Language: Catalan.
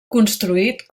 construït